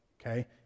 okay